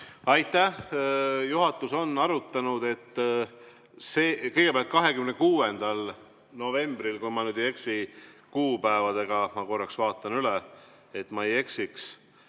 Aitäh! Juhatus on arutanud. Kõigepealt, 26. novembril, kui ma nüüd ei eksi kuupäevadega ... Ma korraks vaatan üle, et ma ei eksiks.